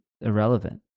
irrelevant